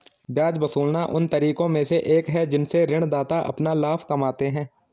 ब्याज वसूलना उन तरीकों में से एक है जिनसे ऋणदाता अपना लाभ कमाते हैं